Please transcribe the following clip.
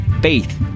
faith